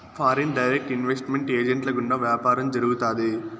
foreign direct investment ఏజెంట్ల గుండా వ్యాపారం జరుగుతాది